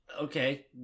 Okay